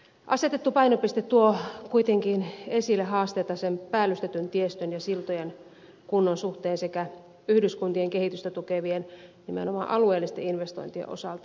asetettu painopiste tuo kuitenkin esille haasteita päällystetyn tiestön ja siltojen kunnon suhteen sekä yhdyskuntien kehitystä tukevien nimenomaan alueellisten investointien osalta